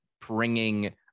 bringing